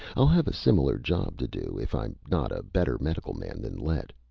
i'll have a similar job to do if i'm not a better medical man than lett!